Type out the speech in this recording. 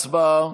הצבעה.